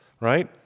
right